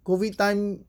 COVID time